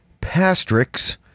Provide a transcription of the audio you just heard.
Pastrix